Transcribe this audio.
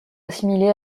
assimilée